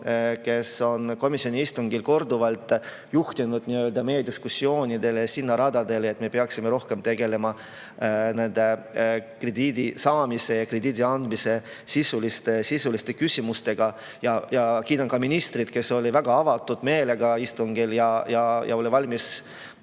kes komisjoni istungil korduvalt juhtis meie diskussiooni sellele rajale, et me peaksime rohkem tegelema krediidi saamise ja krediidi andmise sisuliste küsimustega. Kiidan ka ministrit, kes oli istungil väga avatud meelega ning oli valmis